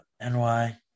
NY